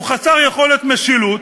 הוא חסר יכולת משילות,